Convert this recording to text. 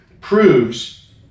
proves